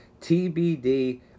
TBD